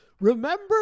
Remember